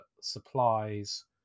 supplies